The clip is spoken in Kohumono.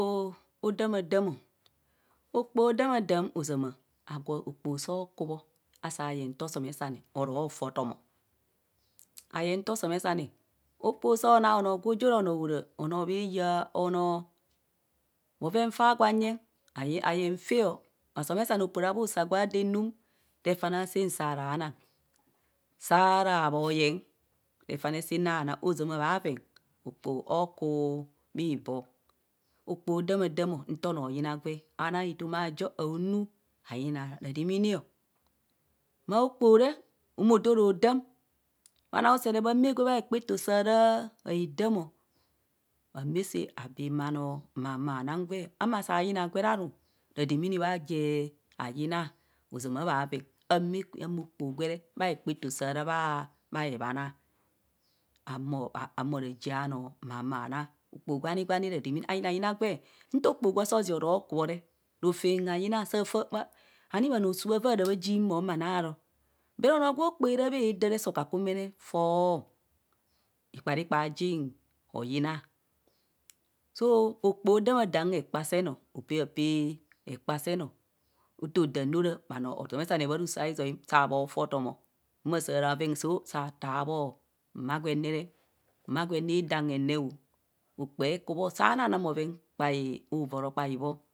O odamadam o, akpoho damadam ozama agwo akpoho saa kubho asa nta osomeaane oro fi atomo, aye nto osomesane okpoho soo na onoo bhoven faa gwa nyeng ayeng faa bha somesane opoo ra bhoyeng refane saa re habhana ozama bhaaveng akpoho ekubhi boo okpohu odama dam nto noo yina gwe anaa etoma ajo anu ayina radaamana o. Maa akpoho re modorahodam bhanoo usere bha mạạ gwe bha hekpato saa ra haa edamo amaa see aiin bhanoo, maasa yina gwe re aru radaama bha gwe hayina azama bhaveng amạạ okpoho gwere bhahekpaoto saraa hekhana ahumo ragii anoo ma naa okpaho gwani gwani ayina yina gwe nto kpoho gwe osoro kubo re rofem ayina saa faa ani bhanoo suu avaa ra bhayim mon ani aro but onoo gwo akpohe ara koo hadare soo kaku mene fọọ ikpankpa jin oyina so okpaho adamadam hekpa seen opeer apee hekpa seen nto dam re ara bhanoo osomesane bha roso izai saa bho fi otom maa saa taa bho mma gwene okpoho ekubho saa na no bhoven kpai ovaa ro koae bho.